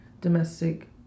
domestic